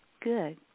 good